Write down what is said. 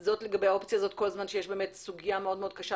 זה לגבי האופציה הזאת כל זמן שיש באמת סוגיה מאוד מאוד קשה